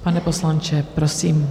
Pane poslanče, prosím.